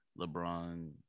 LeBron